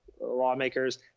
lawmakers